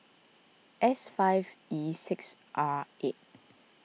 S five E six R eight